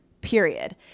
Period